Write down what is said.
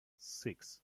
six